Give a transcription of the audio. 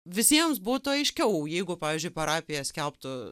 visiems būtų aiškiau jeigu pavyzdžiui parapija skelbtų